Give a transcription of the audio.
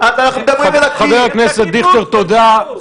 עאליה זועבי אני מקווה שביטאתי נכון את השם,